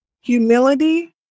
humility